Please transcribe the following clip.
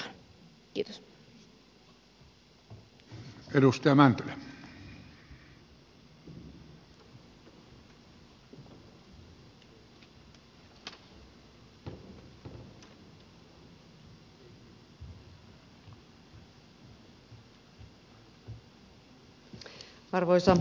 arvoisa puhemies